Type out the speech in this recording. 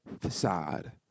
facade